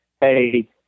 hey